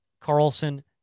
Carlson